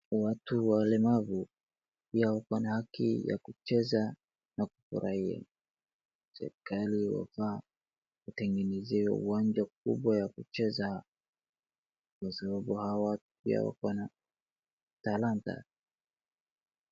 Watu walemavu pia wanahaki ya kucheza na kufurahia. Serekali wafaa kutengenezea uwanja mkubwa wa kuchezea kwa sababu pia hawa wana talanta.